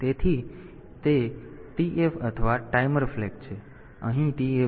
તેથી તે TF અથવા ટાઈમર ફ્લેગ